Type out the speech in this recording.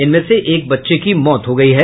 इनमें से एक बच्चे की मौत हो गई है